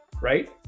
right